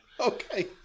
Okay